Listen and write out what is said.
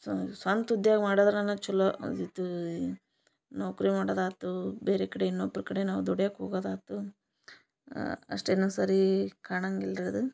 ಸ್ವ ಸ್ವಂತ ಉದ್ಯೋಗ ಮಾಡದ್ರನ ಚಲೋ ಆದಿತ ನೌಕರಿ ಮಾಡದಾತು ಬೇರೆ ಕಡೆ ಇನ್ನೊಬ್ರ ಕಡೆ ನಾವು ದುಡ್ಯಾಕ ಹೋಗದಾತು ಅ ಅಷ್ಟೇನು ಸರಿ ಕಾಣಂಗಿಲ್ರಿ ಅದು